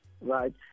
Right